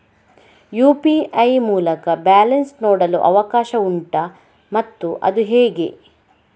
UPI ಮೂಲಕ balance ನೋಡಲು ಅವಕಾಶ ಉಂಟಾ ಮತ್ತು ಅದು ಹೇಗೆ?